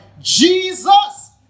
Jesus